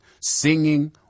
singing